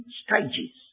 stages